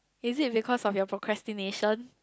is it because of your procrastination